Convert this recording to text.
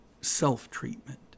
self-treatment